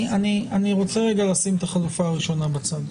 אני רוצה רגע לשים את החלופה הראשונה בצד.